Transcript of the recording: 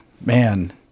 man